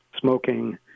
smoking